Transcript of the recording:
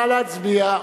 נא להצביע.